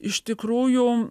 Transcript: iš tikrųjų